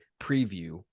preview